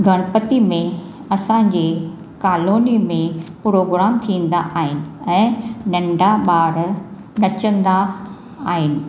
गणपति में असांजे कॉलोनी में प्रोग्राम थींदा आहिनि ऐं नंढा ॿार नचंदा आहिनि